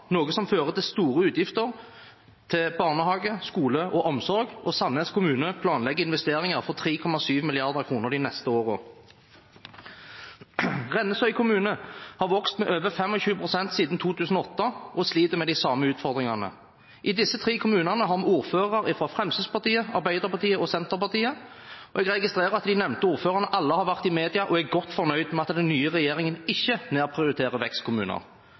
noe som fører til store utgifter til barnehage, skole og omsorg, og Sandnes kommune planlegger investeringer for 3,7 mrd. kr de neste årene. Rennesøy kommune har vokst med over 25 pst. siden 2008, og sliter med de samme utfordringene. I disse tre kommunene har vi ordfører fra Fremskrittspartiet, Arbeiderpartiet og Senterpartiet, og jeg registrerer at de nevnte ordførerne alle har vært i media og er godt fornøyd med at den nye regjeringen ikke